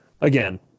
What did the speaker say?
again